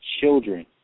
children